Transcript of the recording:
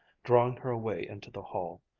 drawing her away into the hall.